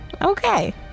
okay